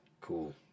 Cool